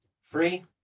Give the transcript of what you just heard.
Free